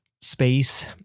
space